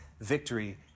victory